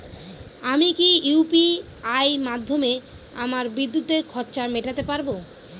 আমি কি ইউ.পি.আই মাধ্যমে আমার বিদ্যুতের খরচা মেটাতে পারব?